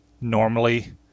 normally